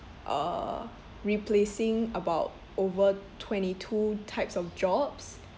uh replacing about over twenty two types of jobs